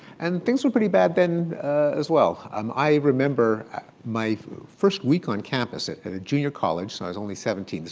and things were pretty bad then as well. um i remember my first week on campus at at a junior college. so i was only seventeen.